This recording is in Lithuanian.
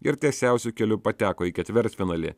ir tiesiausiu keliu pateko į ketvirtfinalį